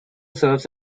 serves